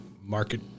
market